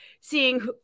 seeing